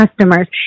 customers